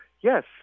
yes